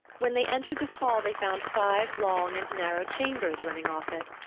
when they entered this hall they found five long and narrow chambers running off it.